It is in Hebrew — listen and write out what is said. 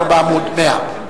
אנחנו בעמוד 100,